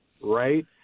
right